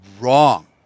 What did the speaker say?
wrong